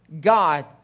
God